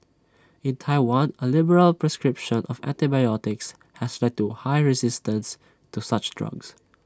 in Taiwan A liberal prescription of antibiotics has led to high resistance to such drugs